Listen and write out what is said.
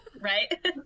right